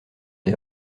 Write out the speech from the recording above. des